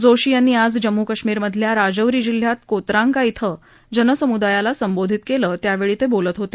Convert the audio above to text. जोशी यांनी आज जम्मू कश्मीरमधल्या राजौरी जिल्ह्यात कोत्रांका जनसमुदायाला संबोधित केलं त्यावेळी ते बोलत होते